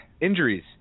injuries